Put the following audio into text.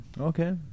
Okay